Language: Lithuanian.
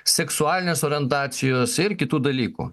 seksualinės orientacijos ir kitų dalykų